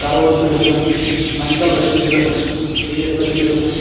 کَرور تہِ گَژھن پنٛژاہ لَچھ تہِ چھِ گَژھن شیٖتھ لَچھ تہِ گَژھن